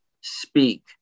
speak